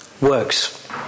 works